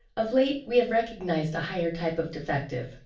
of late, we have recognized a higher type of defective,